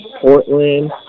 Portland